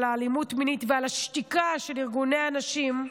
על האלימות המינית ועל השתיקה של ארגוני הנשים,